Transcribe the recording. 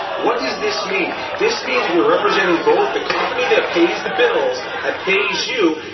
what does this means? this means you're representing both the company that pays the bills, that pays you.